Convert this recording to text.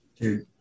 dude